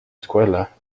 escuela